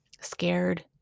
scared